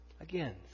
Again